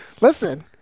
Listen